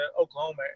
Oklahoma